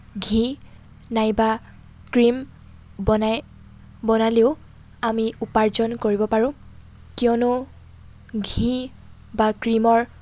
ঘি নাইবা ক্ৰীম বনাই বনালেও আমি উপাৰ্জন কৰিব পাৰোঁ কিয়নো ঘি বা ক্ৰীমৰ